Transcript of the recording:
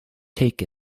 take